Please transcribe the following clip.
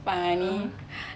funny